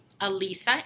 Alisa